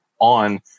on –